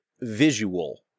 visual